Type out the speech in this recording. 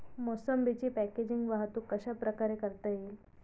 मोसंबीची पॅकेजिंग वाहतूक कशाप्रकारे करता येईल?